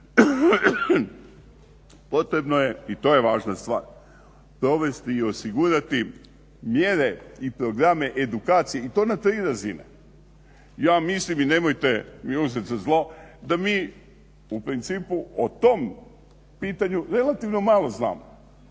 Potrebno je i to je važna stvar provesti i osigurati mjere i programe edukacije i to na tri razine. Ja mislim i nemojte mi uzet za zlo da mi u principu o tom pitanju relativno malo znamo